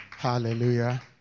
Hallelujah